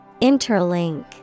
Interlink